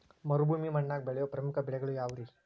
ಮರುಭೂಮಿ ಮಣ್ಣಾಗ ಬೆಳೆಯೋ ಪ್ರಮುಖ ಬೆಳೆಗಳು ಯಾವ್ರೇ?